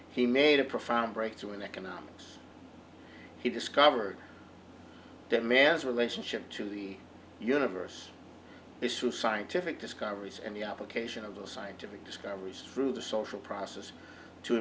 he made a profound breakthrough in economics he discovered dead man's relationship to the universe this through scientific discoveries and the application of the scientific discoveries through the social process to